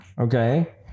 okay